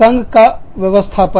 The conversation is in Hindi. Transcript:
संघ का आयोजन व्यवस्थापन